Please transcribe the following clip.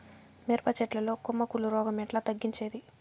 మిరప చెట్ల లో కొమ్మ కుళ్ళు రోగం ఎట్లా తగ్గించేది?